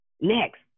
Next